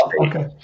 Okay